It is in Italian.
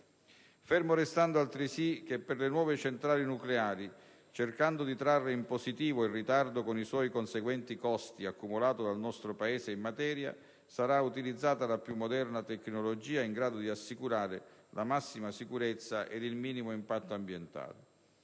li ospitano. Inoltre, per le nuove centrali nucleari, cercando di trarre in positivo il ritardo - con i suoi conseguenti costi - accumulato dal nostro Paese in materia, sarà utilizzata la più moderna tecnologia, in grado di assicurare la massima sicurezza ed il minimo impatto ambientale.